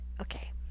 Okay